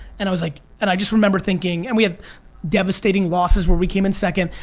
and i was like, and i just remember thinking and we have devastating losses where we came in second.